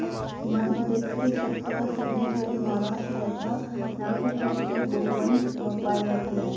मध्य प्रदेश के सतपुड़ा, सिवनी क्षेत्र, महाराष्ट्र वर्धा, नागपुर क्षेत्र में गोवंश पाये जाते हैं